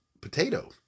potato